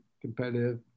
competitive